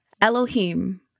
Elohim